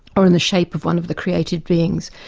or in the shape of one of the creative beings,